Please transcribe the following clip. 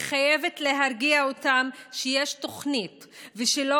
היא חייבת להרגיע אותם שיש תוכנית ושלא